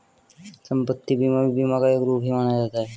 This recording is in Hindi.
सम्पत्ति बीमा भी बीमा का एक रूप ही माना जाता है